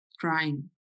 crying